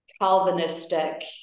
Calvinistic